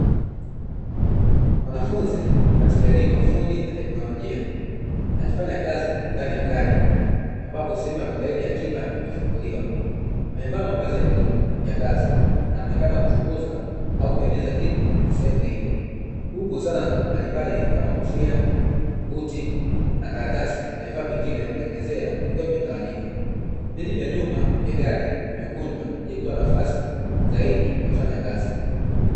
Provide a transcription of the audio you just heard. Mwanafunzi katika elimu ya ufundi na tekinolojia akifanya kazi ndani ya gari ambapo sehemu ya matairi ya akiba imefunguliwa, amevaa mavazi ya bluu ya kazi na anaonekana kuchunguza au kutengeneza kitu kwenye sehemu hiyo. Huku zana mbalimbali kama kofia, buti na karatasi na vifaa vingine vya kutengenezea vikiwa vimetawanyika. Viti vya nyuma na gari vimekunjwa ili kutoa nafasi zaidi kwa ajili ya kufanya kazi.